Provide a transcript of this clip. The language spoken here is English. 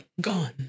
Gone